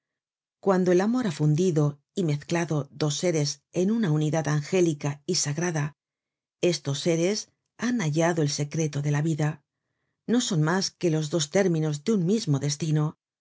cuando el amor ha fundido y mezclado dos seres en una unidad angélica y sagrada estos seres han hallado el secreto de la vida no son mas que los dos términos de un mismo destino